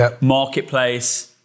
marketplace